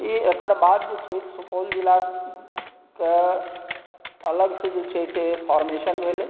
ई एकर बाद जे छै सुपौल जिलाके अलगसँ जे छै से फौरमेशन भेलै